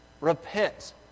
repent